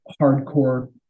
hardcore